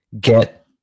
get